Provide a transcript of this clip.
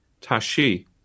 Tashi